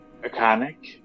iconic